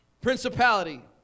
Principality